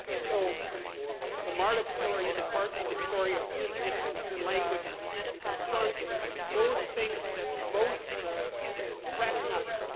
so the marduk story is partly the story of using attention and language to confront those things that most threaten us.